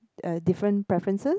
uh different preferences